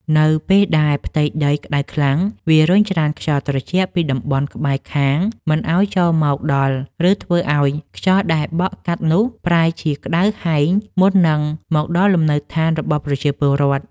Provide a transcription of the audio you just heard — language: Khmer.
នៅពេលដែលផ្ទៃដីក្ដៅខ្លាំង វារុញច្រានខ្យល់ត្រជាក់ពីតំបន់ក្បែរខាងមិនឱ្យចូលមកដល់ ឬធ្វើឱ្យខ្យល់ដែលបក់កាត់នោះប្រែជាក្ដៅហែងមុននឹងមកដល់លំនៅឋានរបស់ប្រជាពលរដ្ឋ។